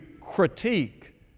critique